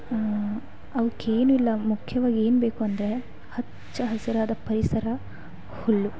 ಅವಕ್ಕೇನು ಇಲ್ಲ ಮುಖ್ಯವಾಗಿ ಏನು ಬೇಕು ಅಂದರೆ ಹಚ್ಚ ಹಸಿರಾದ ಪರಿಸರ ಹುಲ್ಲು